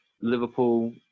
Liverpool